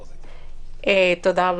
אל"ף,